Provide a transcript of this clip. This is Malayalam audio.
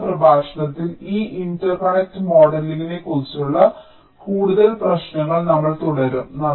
അടുത്ത പ്രഭാഷണത്തിൽ ഈ ഇന്റർകണക്ട് മോഡലിംഗിനെക്കുറിച്ചുള്ള കൂടുതൽ പ്രശ്നങ്ങൾ നമ്മൾ തുടരും